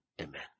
Amen